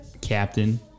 captain